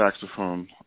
saxophone